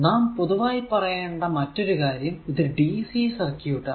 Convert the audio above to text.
നാം പൊതുവായി പറയേണ്ട മറ്റൊരു കാര്യം ഇത് DC സർക്യൂട് ആണ്